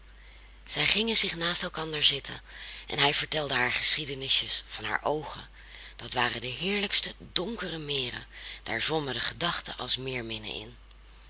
zij gingen zich naast elkander zitten en hij vertelde haar geschiedenisjes van haar oogen dat waren de heerlijkste donkere meren daar zwommen de gedachten als meerminnen in